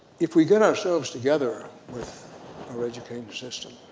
if we get ourselves together with our educational system,